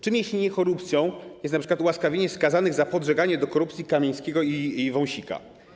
Czym jeśli nie korupcją jest np. ułaskawienie skazanych za podżeganie do korupcji Kamińskiego i Wąsika?